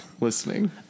listening